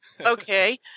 Okay